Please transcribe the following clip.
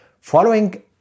following